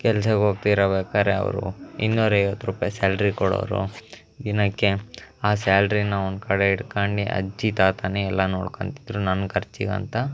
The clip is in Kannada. ಕೆಲ್ಸಕ್ಕೆ ಹೋಗ್ತಿರಬೇಕಾರೆ ಅವರು ಇನ್ನೂರೈವತ್ತು ರೂಪಾಯಿ ಸ್ಯಾಲ್ರಿ ಕೊಡೋರು ದಿನಕ್ಕೆ ಆ ಸ್ಯಾಲ್ರಿನ ಒಂದು ಕಡೆ ಇಟ್ಕಂಡು ಅಜ್ಜಿ ತಾತನೇ ಎಲ್ಲ ನೋಡ್ಕೊಂತಿದ್ರು ನನ್ನ ಖರ್ಚಿಗಂತ